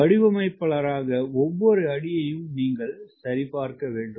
வடிவமைப்பாளராக ஒவ்வொரு அடியையும் நீங்கள் சரிபார்க்க வேண்டும்